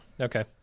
Okay